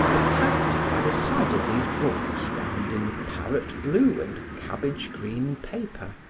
attracted by the sight of these books bound in parrot-blue and cabbage-green paper,